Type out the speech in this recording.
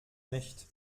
nicht